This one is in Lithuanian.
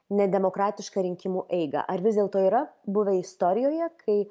nedemokratišką rinkimų eigą ar vis dėlto yra buvę istorijoje kai